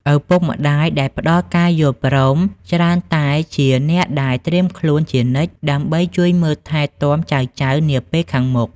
ឪពុកម្ដាយដែលផ្ដល់ការយល់ព្រម ច្រើនតែជាអ្នកដែលត្រៀមខ្លួនជានិច្ចដើម្បីជួយមើលថែទាំចៅៗនាពេលខាងមុខ។